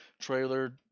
trailer